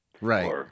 Right